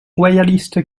royaliste